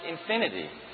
infinity